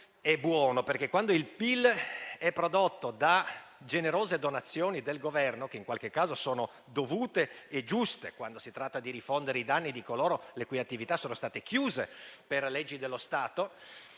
è buono, perché quando il PIL è prodotto da generose donazioni del Governo, che in qualche caso sono dovute e giuste, quando si tratta di rifondere i danni a coloro le cui attività sono state chiuse per leggi dello Stato